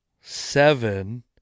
seven